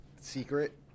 secret